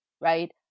right